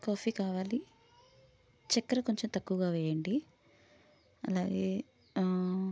coffee కావాలి చక్కెర కొంచెం తక్కువగా వెయ్యండి అలాగే